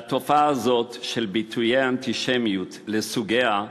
והתופעה הזאת, של ביטויי האנטישמיות לסוגיה,